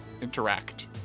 interact